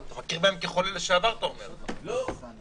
אתה מכיר בהם כחולים לשעבר, אתה אומר, ה-300,000?